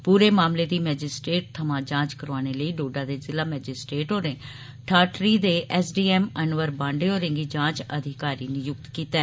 पूरे मामले दी मैजिस्ट्रेट थमां जांच करोआने लेई डोडा दे जिला मैजिस्ट्रेट होरें ठाठरी दे एसडीएम अनवर बांडे होरें गी जांच अधिकारी नियुक्त कीता ऐ